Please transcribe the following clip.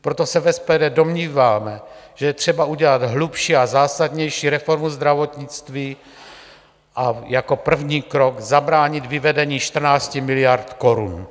Proto se v SPD domníváme, že je třeba udělat hlubší a zásadnější reformu zdravotnictví a jako první krok zabránit vyvedení 14 miliard korun.